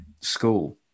school